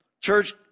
Church